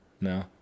No